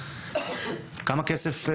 כמה כסף,